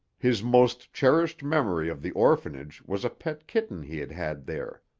his most cherished memory of the orphanage was a pet kitten he had had there.